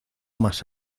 más